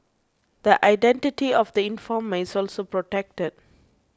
the identity of the informer is also protected